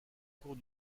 cours